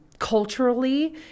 Culturally